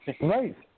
Right